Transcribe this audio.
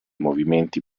movimenti